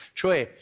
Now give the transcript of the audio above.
cioè